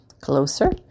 Closer